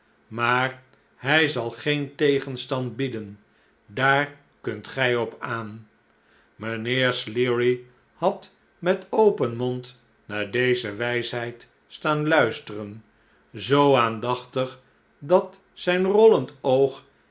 maar hij zal geen tegenstand bieden daar kuntgij op aan mijnheer sleary had met open mond naar deze wijsheid staan luisteren zoo aandachtig dat zijn rollend oog